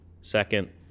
Second